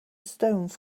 stones